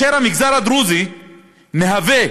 המגזר הדרוזי מהווה,